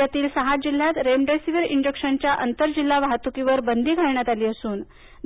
राज्यातील सहा जिल्हयात रेमडेसिवीर इंजक्शन च्या अंतर जिल्हा वाहतुकीवर बंदी घालण्यात आली असून